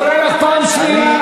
אני קורא לך פעם שנייה.